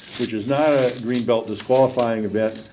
which is not a greenbelt disqualifying event,